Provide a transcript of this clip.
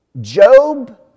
Job